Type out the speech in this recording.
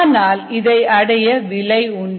ஆனால் இதை அடைய விலை உண்டு